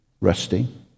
resting